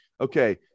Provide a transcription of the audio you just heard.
okay